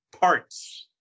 parts